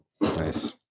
Nice